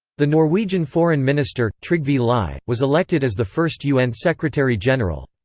the norwegian foreign minister, trygve lie, was elected as the first un secretary-general.